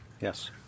yes